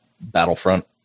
Battlefront